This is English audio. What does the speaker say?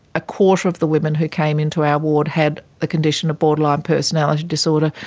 a quarter of the women who came into our ward had the condition of borderline personality disorder,